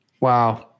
Wow